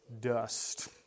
Dust